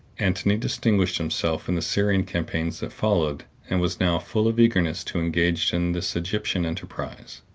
antony distinguished himself in the syrian campaigns that followed, and was now full of eagerness to engage in this egyptian enterprise.